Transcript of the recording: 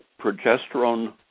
progesterone